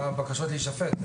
כמו כל הבקשות להישפט.